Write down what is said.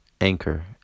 Anchor